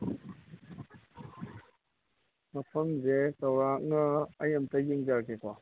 ꯃꯐꯝꯁꯦ ꯆꯥꯎꯔꯥꯛꯅ ꯑꯩ ꯑꯝꯇ ꯌꯦꯡꯖꯔꯛꯀꯦꯀꯣ